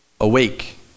Awake